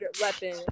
weapon